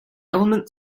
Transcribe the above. element